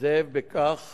זאב בכך